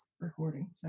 recording